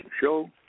show